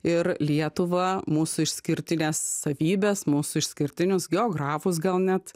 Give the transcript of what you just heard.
ir lietuvą mūsų išskirtines savybes mūsų išskirtinius geografus gal net